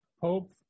hope